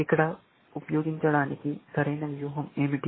ఇక్కడ ఉపయోగించడానికి సరైన వ్యూహం ఏమిటి